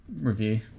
review